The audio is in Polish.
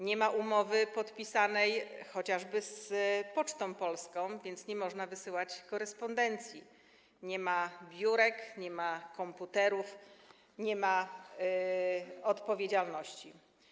Nie ma umowy podpisanej chociażby z Pocztą Polską, więc nie można wysyłać korespondencji, nie ma biurek, nie ma komputerów, nie ma odpowiedzialności.